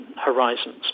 horizons